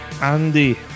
Andy